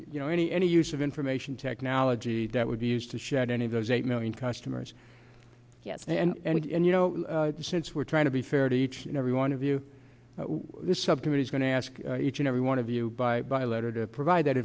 you know any any use of information technology that would be used to shed any of those eight million customers yes and you know since we're trying to be fair to each and every one of you this subcommittee is going to ask each and every one of you by by letter to provide that